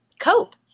cope